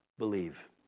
believe